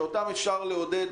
שאותם אפשר לעודד,